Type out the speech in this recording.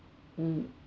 um